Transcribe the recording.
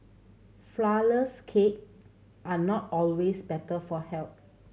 flourless cake are not always better for health